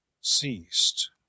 CEASED